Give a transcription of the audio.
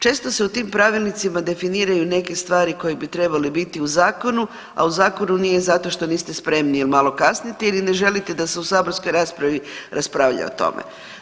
Često se u tim pravilnicima definiraju neke stvari koje bi trebale biti u zakonu, a u zakonu nije zato što niste spremni i malo kasnite ili ne želite da se u saborskoj raspravi raspravlja o tome.